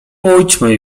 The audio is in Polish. pójdźmy